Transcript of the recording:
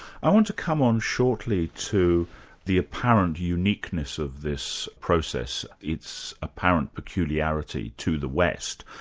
i want to come on shortly to the apparent uniqueness of this process, its apparent peculiarity to the west.